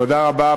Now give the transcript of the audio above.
תודה רבה.